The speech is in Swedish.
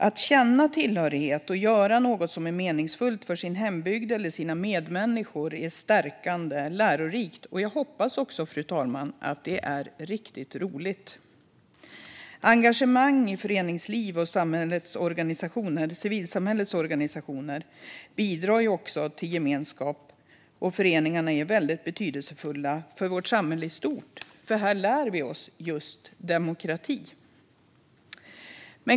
Att känna tillhörighet och göra något meningsfullt för sin hembygd eller sina medmänniskor är stärkande och lärorikt. Jag hoppas också, fru talman, att det är riktigt roligt. Engagemang i föreningsliv och civilsamhällets organisationer bidrar också till gemenskap och föreningsvana, vilket är väldigt betydelsefullt för vårt samhälle i stort. Här lär vi oss just demokrati.